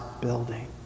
building